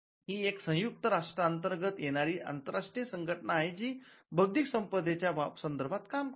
ही एक संयुक्त राष्ट्र अंतर्गत येणारी आंतरराष्ट्रीय संघटना आहे जी बौद्धिक संपदेच्या संदर्भात काम करते